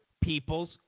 people's